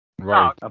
Right